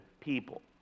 people